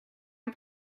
and